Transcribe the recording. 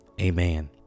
amen